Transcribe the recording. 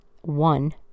One